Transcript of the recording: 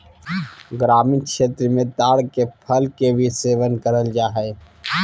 ग्रामीण क्षेत्र मे ताड़ के फल के भी सेवन करल जा हय